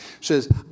says